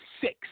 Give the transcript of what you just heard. six